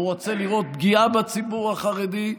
הוא רוצה לראות פגיעה בציבור החרדי,